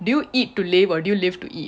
do you eat to live or do you live to eat